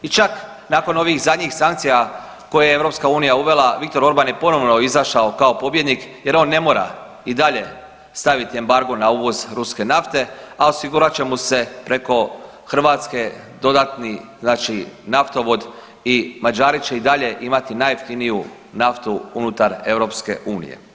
I čak nakon ovih zadnjih sankcija koje je EU uvela Viktor Orban je ponovno izašao kao pobjednik jer on ne mora i dalje staviti embargo na uvoz ruske nafte, a osigurat će mu se preko Hrvatske dodatni znači naftovod i Mađari će i dalje imati najjeftiniju naftu unutar EU.